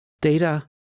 data